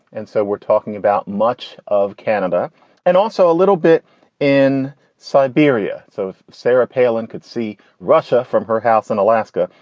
and so we're talking about much of canada and also a little bit in siberia. so sarah palin could see russia from her house in alaska.